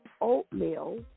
oatmeal